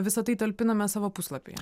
visa tai talpinome savo puslapyje